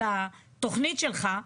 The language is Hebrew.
את התוכנית שלך,